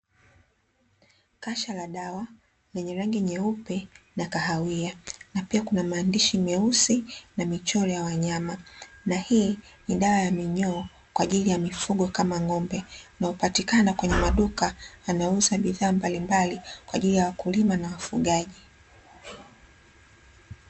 Kasha la dawa lenye rangi nyeuepe na kahawia, na pia kuna maandishi meusi na michoro ya wanyama. Na hii ni dawa ya minyoo kwa ajili ya mifugo kama ng'ombe, inayopatikana kwenye maduka yanayouza bidhaa mbalimbali kwa ajili ya wakulima na wafugaji.